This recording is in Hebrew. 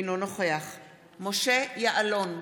אינו נוכח משה יעלון,